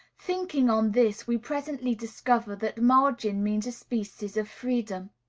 thinking on this, we presently discover that margin means a species of freedom.